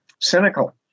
cynical